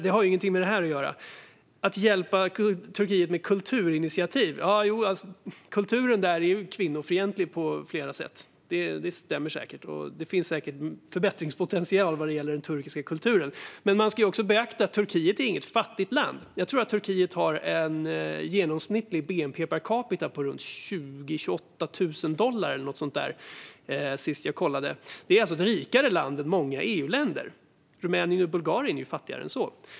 Det har ingenting med detta att göra. Ministern talar om att hjälpa Turkiet med kulturinitiativ. Kulturen där är ju kvinnofientlig på flera sätt - det stämmer säkert - så det finns säkert en förbättringspotential. Men man ska också beakta att Turkiet inte är något fattigt land. Jag tror att Turkiet har en genomsnittlig bnp per capita på runt 20 000-28 000 dollar. Det är alltså ett rikare land än flera EU-länder. Rumänien och Bulgarien är ju fattigare än så.